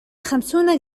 خمسون